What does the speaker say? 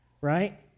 Right